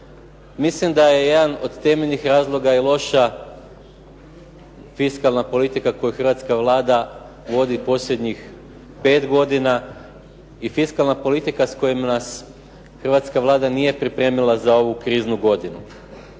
Mislim da je jedan od temeljnih razloga i loša fiskalna politika koju hrvatska Vlada vodi posljednjih pet godina i fiskalna politika s kojom nas hrvatska Vlada nije pripremila za ovu kriznu godinu.